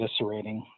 eviscerating